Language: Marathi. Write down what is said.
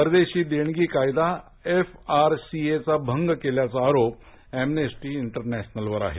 परदेशी देणगी कायदा एफआरसीएचा भंग केल्याचा आरोप अम्नेस्टी इंटरनेशनलवर आहे